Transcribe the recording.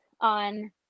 on